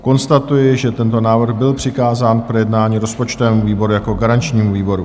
Konstatuji, že tento návrh byl přikázán k projednání rozpočtovému výboru jako garančnímu výboru.